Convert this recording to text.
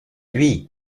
lui